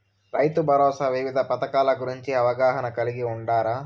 రైతుభరోసా వివిధ పథకాల గురించి అవగాహన కలిగి వుండారా?